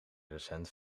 recent